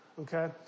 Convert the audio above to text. Okay